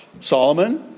Solomon